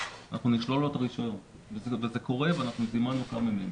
אנחנו נשלול לו את הרישיון וזה קורה ואנחנו זימנו כמה מהם.